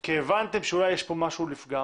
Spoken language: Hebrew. כי הבנתם שאולי יש פה משהו לפגם,